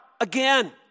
again